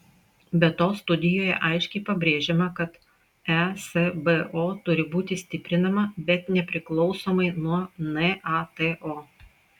be to studijoje aiškiai pabrėžiama kad esbo turi būti stiprinama bet nepriklausomai nuo nato